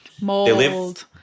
Mold